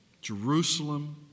Jerusalem